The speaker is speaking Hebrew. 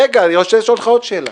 רגע, אני רוצה לשאול אותך עוד שאלה.